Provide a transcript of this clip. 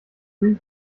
three